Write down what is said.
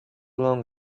long